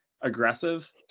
aggressive